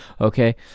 okay